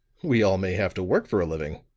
we all may have to work for a living!